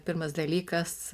pirmas dalykas